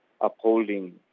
upholding